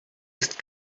ist